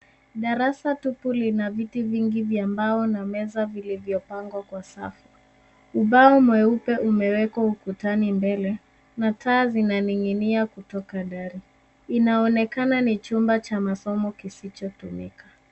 Darasa tupu lina viti vingi vya mbao na meza, vilivyo pangwa kwa safu. Ubao mweupe umewekwa ukutani mbele na taa zinaninginia kutoka dari inaonekana ni chumba cha masomo kisicho tumika.